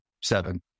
seven